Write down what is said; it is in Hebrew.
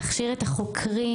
להכשיר את החוקרים.